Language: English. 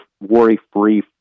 worry-free